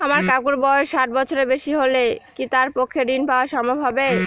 আমার কাকুর বয়স ষাট বছরের বেশি হলে কি তার পক্ষে ঋণ পাওয়া সম্ভব হবে?